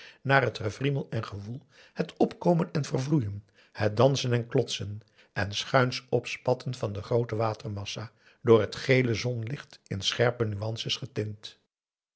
naar het gewriemel en gewoel het opkomen en vervloeien het dansen en klotsen en schuins opspatten van de groote watermassa door het gele zonlicht in scherpe nuances getint